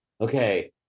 okay